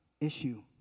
issue